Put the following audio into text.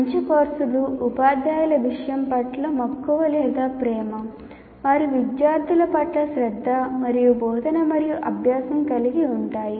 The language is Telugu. మంచి కోర్సులు ఉపాధ్యాయులు విషయం పట్ల మక్కువ లేదా ప్రేమ వారి విద్యార్థుల పట్ల శ్రద్ధ మరియు బోధన మరియు అభ్యాసం కలిగి ఉంటాయి